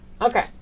Okay